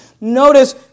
notice